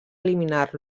eliminar